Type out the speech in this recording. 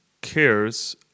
cares